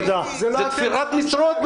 מה שאתם עושים הוא תפירת משרות,